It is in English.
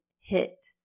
hit